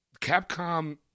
Capcom